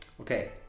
Okay